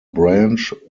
branch